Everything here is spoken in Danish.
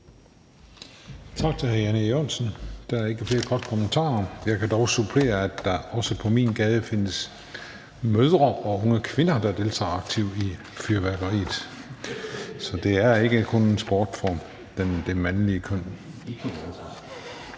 Tak til hr. Jan E. Jørgensen. Der er ikke flere korte bemærkninger. Jeg kan dog supplere med, at der også på min gade findes mødre og unge kvinder, der deltager aktivt i fyrværkeriet, så det er ikke kun en sport for det mandlige køn.